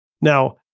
Now